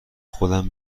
خودم